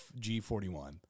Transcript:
G41